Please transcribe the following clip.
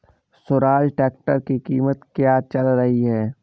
Swaraj tractor की कीमत क्या चल रही है?